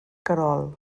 querol